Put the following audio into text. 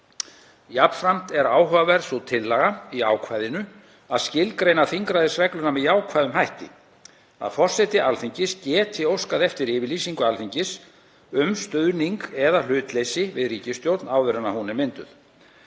Jafnframt er áhugaverð sú tillaga í ákvæðinu að skilgreina þingræðisregluna með jákvæðum hætti, að forseti geti óskað eftir yfirlýsingu Alþingis um stuðning eða hlutleysi við ríkisstjórn áður en hún er mynduð.